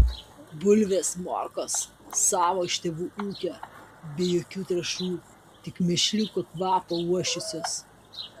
bulvės morkos savo iš tėvų ūkio be jokių trąšų tik mėšliuko kvapo uosčiusios